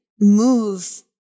move